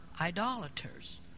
idolaters